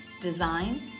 design